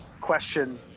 question